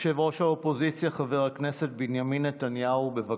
ראש האופוזיציה חבר הכנסת בנימין נתניהו, בבקשה.